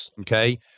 okay